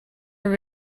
were